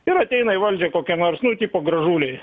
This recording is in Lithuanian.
ir ateina į valdžią kokie nors nu tipo gražuliui